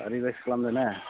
revise खालामदोंना